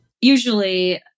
Usually